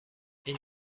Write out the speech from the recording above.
این